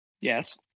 Yes